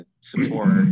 support